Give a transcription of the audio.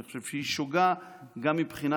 אני חושב שהיא שוגה גם מהבחינה